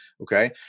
Okay